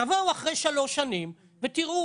תבואו אחרי שלוש שנים ותיראו